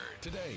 Today